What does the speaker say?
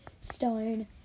Stone